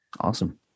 awesome